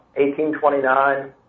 1829